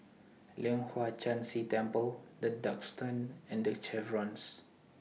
Leong Hwa Chan Si Temple The Duxton and The Chevrons